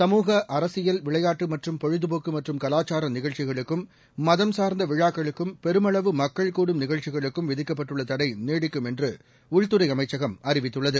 சமூக அரசியல் விளையாட்டு மற்றும் பொழுது போக்கு மற்றும் கலாச்சார நிகழ்ச்சிகளுக்கும் மதம் சார்ந்த விழாக்களுக்கும் பெருமளவு மக்கள் கூடும் நிகழ்ச்சிகளுக்கும் விதிக்கப்பட்டுள்ள தடை நீடிக்கும் என்று உள்துறை அமைச்சகம் அறிவித்துள்ளது